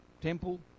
temple